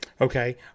Okay